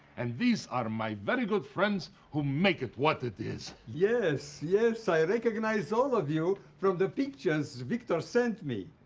and these are my very good friends who make it what it is. yes, yes, i recognize all of you from the pictures victor sent me.